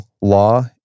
law